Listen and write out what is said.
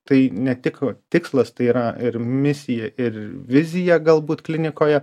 tai ne tik tikslas tai yra ir misija ir vizija galbūt klinikoje